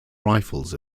rifles